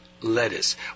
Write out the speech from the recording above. Lettuce